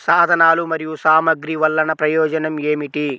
సాధనాలు మరియు సామగ్రి వల్లన ప్రయోజనం ఏమిటీ?